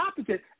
opposite